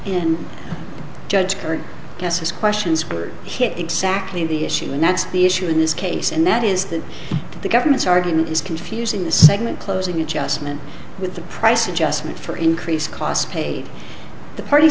and judge her yes his questions were hit exactly the issue and that's the issue in this case and that is that the government's argument is confusing the segment closing adjustment with the price adjustment for increased costs paid the part